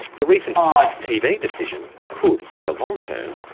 the recent ice tv decision could, in the long term,